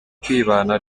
kwibana